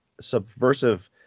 subversive